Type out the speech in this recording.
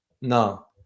no